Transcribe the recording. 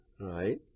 right